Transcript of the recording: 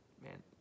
man